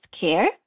care